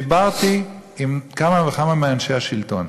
דיברתי עם כמה וכמה מאנשי השלטון,